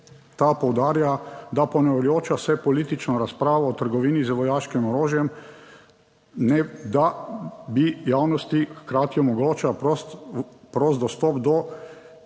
ta poudarja, da ponavljajoča se politična razprava o trgovini z vojaškim orožjem, ne da bi javnosti hkrati omogoča prost, prost dostop do